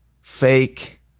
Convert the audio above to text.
fake